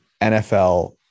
NFL